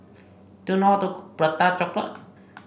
do you know how to cook Prata Chocolate